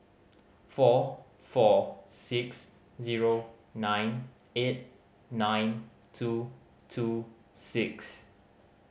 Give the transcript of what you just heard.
four four six zero nine eight nine two two six